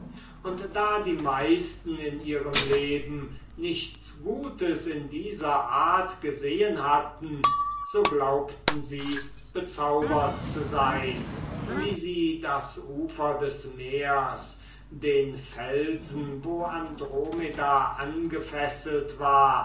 und da die meisten in ihrem leben nichts gutes in dieser art gesehen hatten so glaubten sie bezaubert zu sein wie sie das ufer des meers den felsen wo andromeda angefesselt war